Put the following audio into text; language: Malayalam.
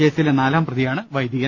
കേസ്സിലെ നാലാം പ്രതിയാണ് വൈദികൻ